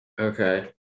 Okay